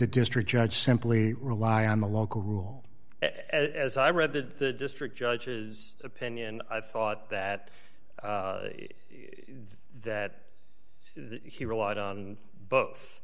the district judge simply rely on the local rule as i read the district judges opinion i thought that that he relied on bo